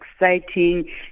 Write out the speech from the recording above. exciting